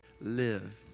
Live